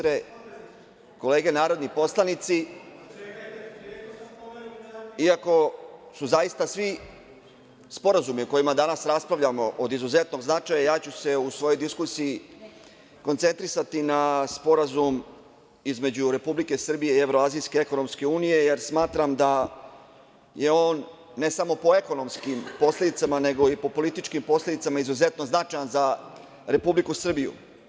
Dame i gospodo narodni poslanici, iako su zaista svi sporazumi o kojima danas raspravljamo od izuzetnog značaja, ja ću se u svojoj diskusiji koncentrisati na Sporazum između Republike Srbije i Evroazijske ekonomske unije, jer smatram da je on, ne samo po ekonomskim posledicama, nego i po političkim posledicama izuzetno značajan za Republiku Srbiju.